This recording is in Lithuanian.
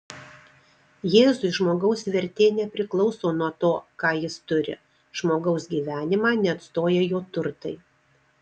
jėzui žmogaus vertė nepriklauso nuo to ką jis turi žmogaus gyvenimą neatstoja jo turtai